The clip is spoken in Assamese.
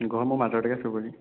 গড়মূৰ মাধৱ ডেকা চুবুৰী